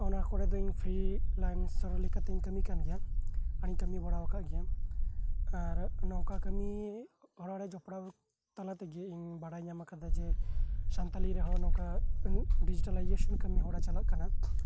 ᱚᱱᱟ ᱠᱚᱨᱮ ᱫᱚ ᱤᱧ ᱯᱷᱨᱤᱞᱮᱱᱥᱟᱨ ᱞᱮᱠᱟᱛᱤᱧ ᱠᱟᱹᱢᱤ ᱠᱟᱱ ᱜᱮᱭᱟ ᱟᱨᱤᱧ ᱠᱟᱹᱢᱤ ᱵᱟᱲᱟᱣᱟᱠᱟᱫ ᱜᱮᱭᱟ ᱟᱨ ᱱᱚᱝᱠᱟ ᱠᱟᱹᱢᱤ ᱦᱚᱨᱟ ᱨᱮ ᱡᱚᱯᱲᱟᱣ ᱛᱟᱞᱟ ᱛᱮᱜᱮ ᱤᱧᱤᱧ ᱵᱟᱰᱟᱭ ᱧᱟᱢ ᱟᱠᱟᱫᱟ ᱡᱮ ᱥᱟᱱᱛᱟᱞᱤ ᱨᱮᱦᱚᱸ ᱱᱚᱝᱠᱟ ᱰᱤᱡᱤᱴᱮᱞᱟᱭᱡᱮᱥᱚᱱ ᱠᱟᱹᱢᱤᱦᱚᱨᱟ ᱪᱟᱞᱟᱜ ᱠᱟᱱᱟ